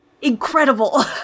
incredible